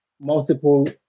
multiple